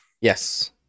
yes